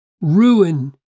Ruin